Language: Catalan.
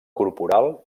corporal